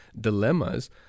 dilemmas